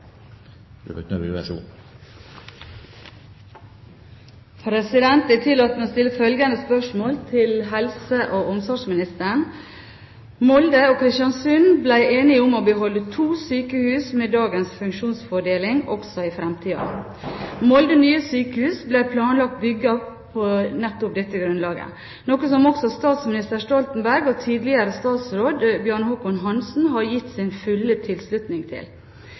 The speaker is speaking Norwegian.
omsorgsministeren: «Molde og Kristiansund ble enige om å beholde to sykehus med dagens funksjonsfordeling også i fremtiden. Molde nye sykehus ble planlagt bygget på dette grunnlag, noe som også statsminister Stoltenberg og tidligere statsråd Bjarne Håkon Hanssen har gitt sin fulle tilslutning til.